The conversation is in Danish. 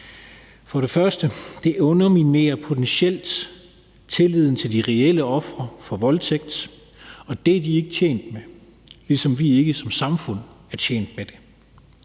For det første underminerer det potentielt tilliden til de reelle ofre for voldtægt, og det er de ikke tjent med, ligesom vi som samfund ikke er tjent med det.